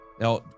Now